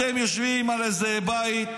אתם יושבים על איזה בית,